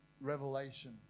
revelation